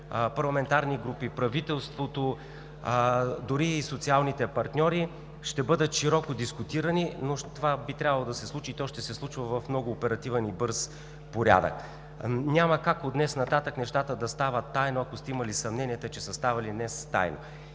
парламентарни групи, правителството, дори и социалните партньори, ще бъдат широко дискутирани. Но това би трябвало да се случи, и то ще се случва в много оперативен и бърз порядък. Няма как от днес нататък нещата да стават тайно, ако сте имали съмненията, че са ставали днес тайно.